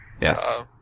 Yes